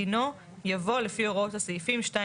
דינו" יבוא "לפי הוראות הסעיפים 2,